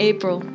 April